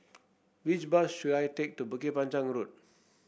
which bus should I take to Bukit Panjang Road